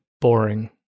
boring